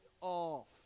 off